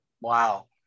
Wow